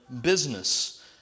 business